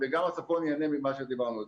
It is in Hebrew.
וגם הצפון ייהנה ממה שדיברנו.